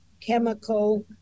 chemical